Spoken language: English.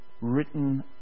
Written